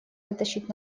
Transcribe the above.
вытащить